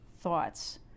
thoughts